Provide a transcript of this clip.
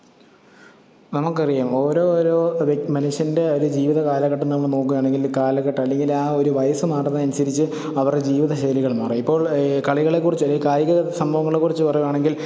നമുക്ക് അറിയാം ഓരോരോ വ്യക് മനുഷ്യൻ്റെ ഒരു ജീവിതകാലഘട്ടം നമ്മൾ നോക്കുവാണെങ്കിൽ കാലഘട്ടം അല്ലെങ്കിൽ ആ ഒരു വയസ്സ് മാറുന്നതനുസരിച്ച് അവരുടെ ജീവിതശൈലികളും മാറും ഇപ്പൊൾ കളികളേക്കുറിച്ച് അല്ലെങ്കിൽ കായിക സംഭവങ്ങളേക്കുറിച്ച് പറയുവാണെങ്കിൽ